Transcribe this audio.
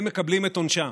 והם מקבלים את עונשם.